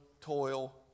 toil